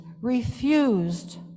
refused